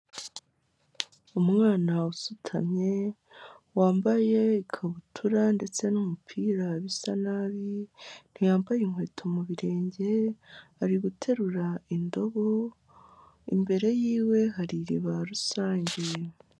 Umwana usutamye wambaye ikabutura ndetse n'umupira bisa nabi, ntiyambaye inkweto mu birenge ari guterura indobo, imbere y'iwe hari iriba rusange.